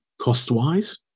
cost-wise